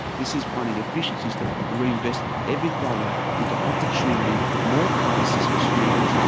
this is finding efficiencies to reinvest every dollar into opportunity, more places for students,